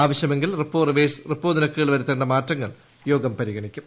ആവശ്യമെങ്കിൽ repo reverse repo നിരക്കുകളിൽ വരുത്തേണ്ട മാറ്റങ്ങൾ യോഗം പരിഗണിക്കും